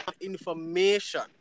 information